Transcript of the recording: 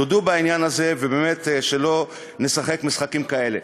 תודו בעניין הזה, ובאמת, שלא נשחק משחקים כאלה.